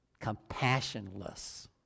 compassionless